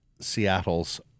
Seattle's